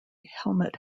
helmut